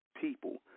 people